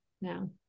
Now